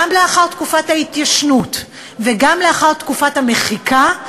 גם לאחר תקופת ההתיישנות וגם לאחר תקופת המחיקה,